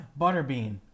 Butterbean